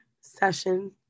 session